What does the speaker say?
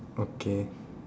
okay